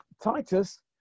Titus